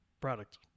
product